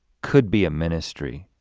could be a ministry.